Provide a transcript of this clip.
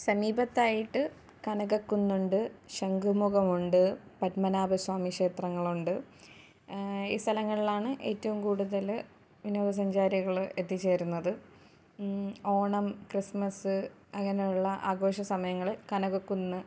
സമീപത്തായിട്ട് കനകക്കുന്നുണ്ട് ശംഖുമുഖം ഉണ്ട് പത്മനാഭ സ്വാമി ക്ഷേത്രങ്ങളൊണ്ട് ഈ സ്ഥലങ്ങളിലാണ് ഏറ്റവും കൂടുതല് വിനോദസഞ്ചാരികള് എത്തിച്ചേരുന്നത് ഓണം ക്രിസ്മസ് അങ്ങനെയുള്ള ആഘോഷ സമയങ്ങളില് കനകകുന്ന്